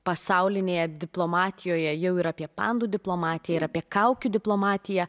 pasaulinėje diplomatijoje jau yra apie pandų diplomatiją ir apie kaukių diplomatiją